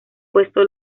puesto